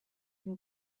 him